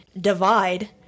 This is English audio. divide